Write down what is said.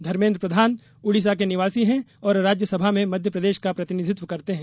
धर्मेंद्र प्रधान उड़ीसा के निवासी हैं और राज्यसभा में मध्यप्रदेश का प्रतिनिधित्व करते हैं